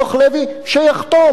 ובכך הם הופכים לחוקיים.